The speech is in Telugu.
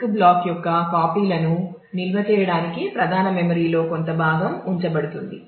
డిస్క్ బ్లాక్ యొక్క కాపీలను నిల్వ చేయడానికి ప్రధాన మెమరీలో కొంత భాగం ఉంచబడుతుంది